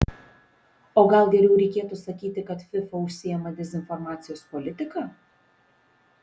o gal geriau reikėtų sakyti kad fifa užsiima dezinformacijos politika